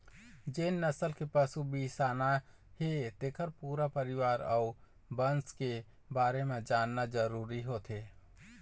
जेन नसल के पशु बिसाना हे तेखर पूरा परिवार अउ बंस के बारे म जानना जरूरी होथे